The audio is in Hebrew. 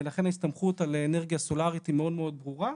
ולכן ההסתמכות על אנרגיה סולארית היא מאוד ברורה,